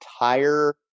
entire